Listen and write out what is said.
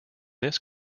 this